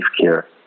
care